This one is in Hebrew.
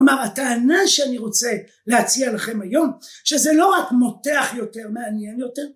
כלומר הטענה שאני רוצה להציע לכם היום, שזה לא רק מותח יותר, מעניין יותר